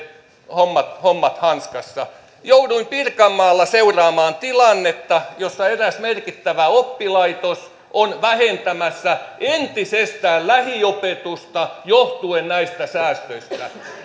hommat on hanskassa jouduin pirkanmaalla seuraamaan tilannetta jossa eräs merkittävä oppilaitos on vähentämässä entisestään lähiopetusta johtuen näistä säästöistä